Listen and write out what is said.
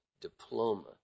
diploma